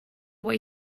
way